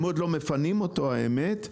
הם עוד לא מפנים אותו האמת.